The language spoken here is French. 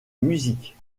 musique